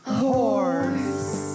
horse